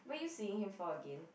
why are you seeing him for again